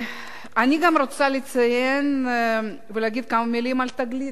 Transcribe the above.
אני גם רוצה לציין ולהגיד כמה מלים על "תגלית".